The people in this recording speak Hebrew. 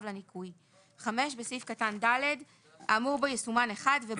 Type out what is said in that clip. לניכוי."; (5) בסעיף קטן (ד) - (א) האמור בו יסומן "(1)"